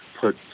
put